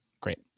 Great